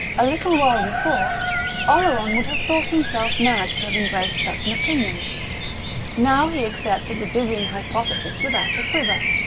a little while before oleron would have thought himself mad to have embraced such an opinion now he accepted the dizzying hypothesis without a quiver.